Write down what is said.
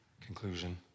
conclusion